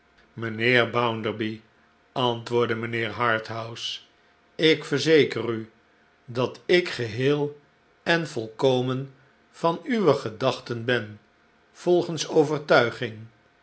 mijnheer bounderby antwoordde mijnheer harthouse ik verzeker u dat ik geheel en volkomen van uwe gedachten ben volgens overtuiging